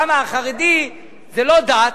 למה, החרדי זה לא דת,